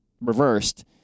reversed